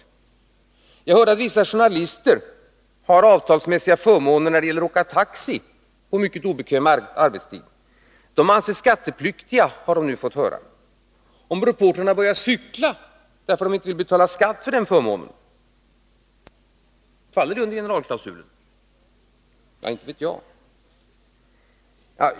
Jag har hört att vissa journalister har avtalsmässiga förmåner när det gäller att åka taxi på kvalificerad obekväm arbetstid. Nu har man fått reda på att dessa förmåner anses vara skattepliktiga. Om reportrarna börjar cykla därför att de inte vill betala skatt för nämnda förmån, faller det då under generalklausulen? Inte vet jag.